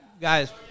guys